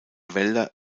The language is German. wälder